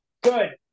Good